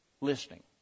listening